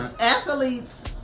athletes